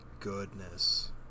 goodness